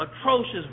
atrocious